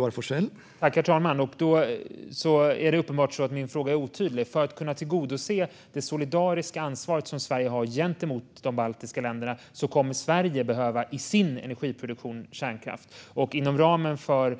Herr talman! Uppenbarligen var min fråga otydlig. För att kunna tillgodose det solidariska ansvar som Sverige har gentemot de baltiska länderna kommer Sverige att behöva kärnkraft i sin energiproduktion. Inom ramen för